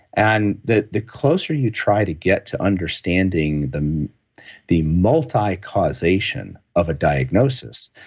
and the the closer you try to get to understanding the the multi-causation of a diagnosis,